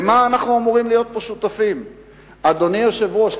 אדוני היושב-ראש,